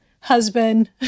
husband